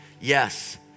yes